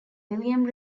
william